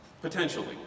Potentially